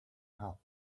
help